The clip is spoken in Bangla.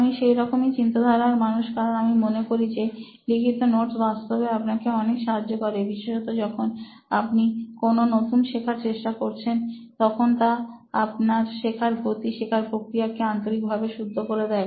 আমি সেই রকমের চিন্তাধারার মানুষ কারণ আমি মনে করি যে লিখিত নোটস বাস্তবে আপনাকে অনেক সাহায্য করে বিশেষত যখন আপনি কিছু নতুন শেখার চেষ্টা করছেন তখন তা আপনার শেখার গতি শেখার প্রক্রিয়া কে আন্তরিকভাবে শুদ্ধ করে দেয়